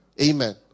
amen